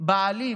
הבעלים